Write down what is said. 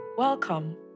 Welcome